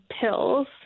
pills